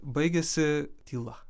baigėsi tyla